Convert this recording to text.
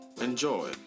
Enjoy